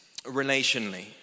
relationally